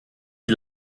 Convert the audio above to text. die